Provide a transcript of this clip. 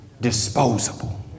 disposable